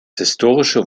historische